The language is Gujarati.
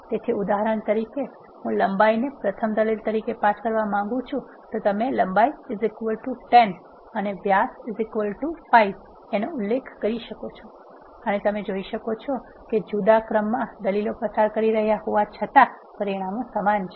તેથી ઉદાહરણ તરીકે હું લંબાઈને પ્રથમ દલીલ તરીકે પસાર કરવા માંગુ છું તો તમે લંબાઈ 10 અને વ્યાસ 5 નો ઉલ્લેખ કરી શકો અને તમે જોઇ શકો છો કે જુદા ક્રમમાં દલીલો પસાર કરી હોવા છતાં પરિણામ સમાન છે